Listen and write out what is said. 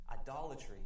idolatry